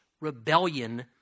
rebellion